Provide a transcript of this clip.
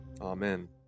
Amen